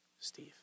Steve